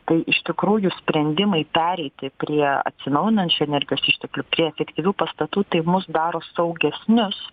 tai iš tikrųjų sprendimai pereiti prie atsinaujinančių energijos išteklių prie efektyvių pastatų tai mus daro saugesnius